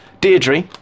Deirdre